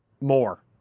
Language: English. More